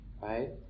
right